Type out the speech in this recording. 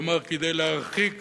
כלומר כדי להרחיק